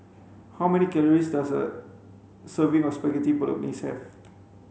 how many calories does a serving of Spaghetti Bolognese have